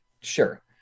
sure